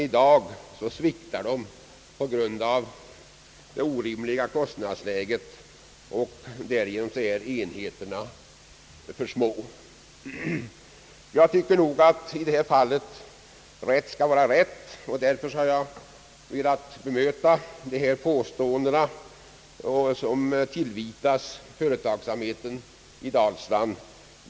I dag sviktar dessa företag under det orimliga kostnadsläget därför att enheterna är för små. Jag tycker i det här fallet att rätt skall vara rätt, och därför har jag velat bemöta påståendena mot företagsamheten i Dalsland.